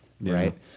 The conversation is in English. Right